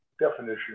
Definition